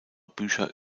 bücher